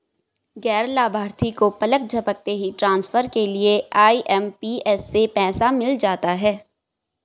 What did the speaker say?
गैर लाभार्थी को पलक झपकते ही ट्रांसफर के लिए आई.एम.पी.एस से पैसा मिल जाता है